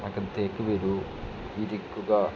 അകത്തേക്ക് വരൂ ഇരിക്കുക